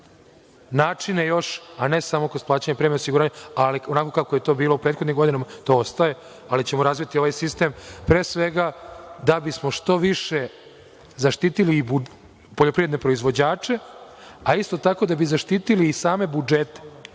načine još, a ne samo kroz plaćanje premije osiguranje. Onako kako je to bilo u prethodnim godinama to ostaje, ali ćemo razviti ovaj sistem pre svega da bismo što više zaštitili i poljoprivredne proizvođače, a isto tako da bismo zaštitili i same budžete. Postoje